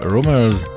Rumors